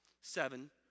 Seven